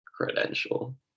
credential